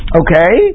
okay